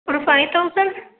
ஒரு five thousand